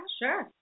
sure